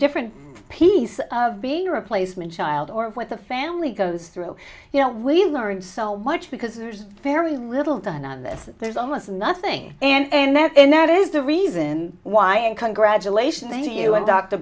different piece of being a replacement child or what the family goes through you know we learned so much because there's very little done on this there's almost nothing and that and that is the reason why and congratulations to you a